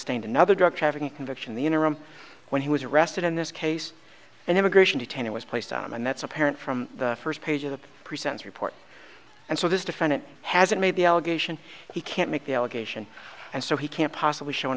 disdained another drug trafficking conviction the interim when he was arrested in this case and immigration detention was placed on him and that's apparent from the first page of the present report and so this defendant hasn't made the allegation he can't make the allegation and so he can't possibly show